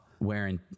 wearing